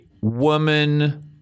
woman